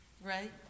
right